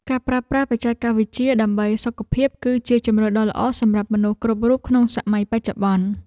ការប្រើប្រាស់បច្ចេកវិទ្យាដើម្បីសុខភាព គឺជាជម្រើសដ៏ល្អសម្រាប់មនុស្សគ្រប់រូបក្នុងសម័យបច្ចុប្បន្ន។